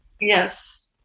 Yes